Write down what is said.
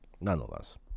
nonetheless